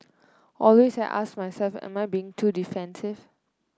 always I ask myself am I being too defensive